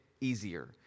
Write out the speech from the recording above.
easier